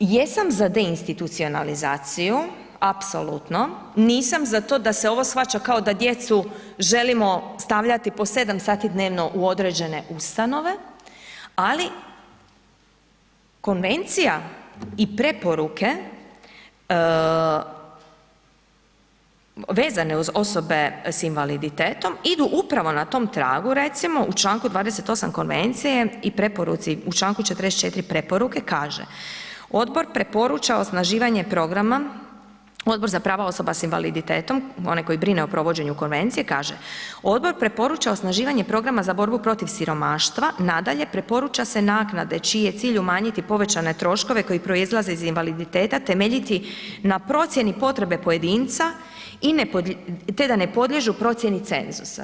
Jesam za deinstitucionalizaciju apsolutno, nisam za to da se ovo shvaća kao da djecu želimo stavljati po 7 sati dnevno u određene ustanove, ali konvencija i preporuke vezane uz osobe sa invaliditetom idu pravo na tom tragu, u čl. 28 konvencije i preporuci u čl. 44 preporuke, kaže odbor preporuča osnaživanje programa, Odbor za prava osoba sa invaliditetom, onaj koji brine o provođenju konvencije, kaže, odbor preporuča osnaživanja programa za borbu protiv siromaštva, nadalje, preporuča se naknade čiji je cilj umanjiti povećane troškove koji proizlaze iz invaliditeta, temeljiti na procjeni potrebe pojedinca i te da ne podliježu procjeni cenzusa.